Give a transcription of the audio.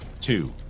two